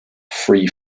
free